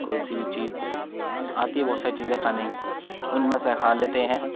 کوئی سی بھی چیز آتی ہے بہت ساری چیزیں کھانے کی ان میں سے کھا لیتے ہیں